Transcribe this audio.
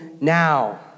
now